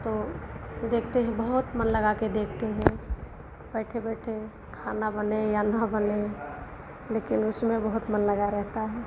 तो देखते हैं बहुत मन लगाकर देखते हैं बैठे बैठे खाना बने या न बने लेकिन उसमें बहुत मन लगा रहता है